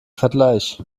vergleich